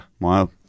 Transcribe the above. Wow